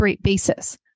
basis